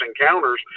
encounters